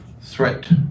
threat